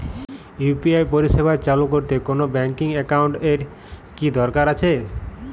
UPI পরিষেবা চালু করতে কোন ব্যকিং একাউন্ট এর কি দরকার আছে?